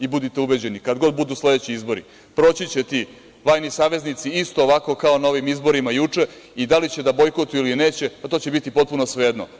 I, budite ubeđeni, kada god budu sledeći izbori, proći će ti vajni saveznici isto ovako kao na ovim izborima juče i da li će da bojkotuju ili neće, to će biti svejedno.